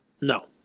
No